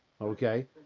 Okay